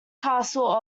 castle